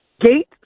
gate